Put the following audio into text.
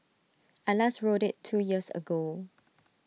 I last rode IT two years ago